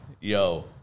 yo